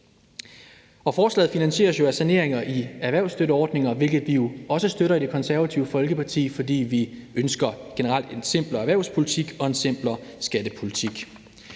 Forslaget finansieres af saneringer i erhvervsstøtteordninger, hvilket vi jo også støtter i Det Konservative Folkeparti, fordi vi generelt ønsker en simplere erhvervspolitik og en simplere skattepolitik.